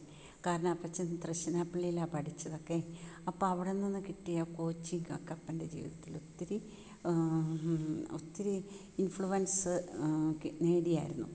കാരണം അപ്പച്ചൻ തൃശിനാപള്ളീയിലാണ് പഠിച്ചതൊക്കെ അപ്പം അവിടെ നിന്ന് കിട്ടിയ കോച്ചിങ്ങൊക്കെ അപ്പൻ്റെ ജീവിതത്തില് ഒത്തിരി ഒത്തിരി ഇൻഫ്ലുവൻസ് ക്കെ നേടിയായിരുന്നു